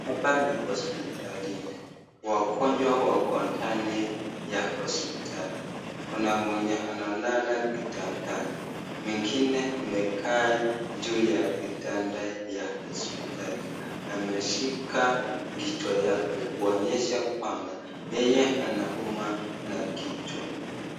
Hapa ni hospitalini, wangonjwa wako ndani ya hospitali, kuna mwenye analala kwa kitandani, mngine amekaa juu ya kitanda ya hospitali, ameshika kichwa yake kuonyesha kwamba, yeye anaumwa na kichwa.